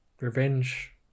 revenge